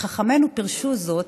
וחכמינו פירשו זאת: